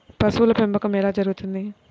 పశువుల పెంపకం ఎలా జరుగుతుంది?